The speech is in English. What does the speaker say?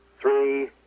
Three